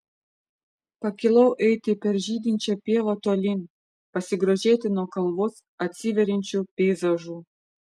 pakilau eiti per žydinčią pievą tolyn pasigrožėti nuo kalvos atsiveriančiu peizažu